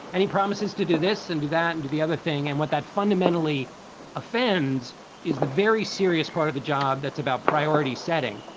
and he promises to do this and do that. and the other thing and what that fundamentally offends is the very serious part of the job that's about priority setting.